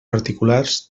particulars